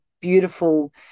beautiful